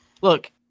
Look